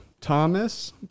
Thomas